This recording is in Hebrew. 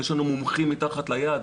יש לנו מומחים מתחת ליד,